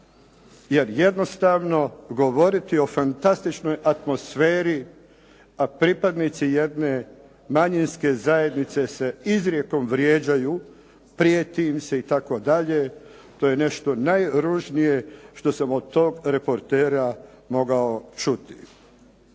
jer jednostavno govoriti o fantastičnoj atmosferi, a pripadnici jedne manjinske zajednice se izrijekom vrijeđaju, prijeti im se itd. to je nešto najružnije što sam od tog reportera mogao čuti.